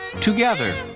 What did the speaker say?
Together